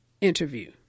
interview